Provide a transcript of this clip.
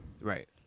right